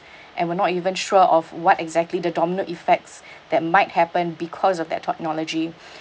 and we're not even sure of what exactly the domino effects that might happen because of that technology